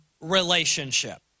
relationship